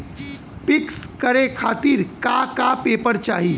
पिक्कस करे खातिर का का पेपर चाही?